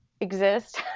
exist